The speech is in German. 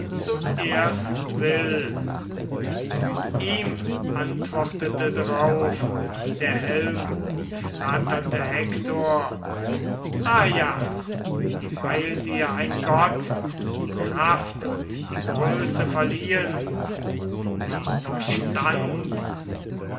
zu reden ihm antwortete drauf der helmumflatterte hektor ajas dieweil dir ein gott die kraft und die größe verliehen und den verstand